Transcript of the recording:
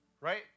right